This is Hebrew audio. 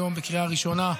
היום בקריאה ראשונה.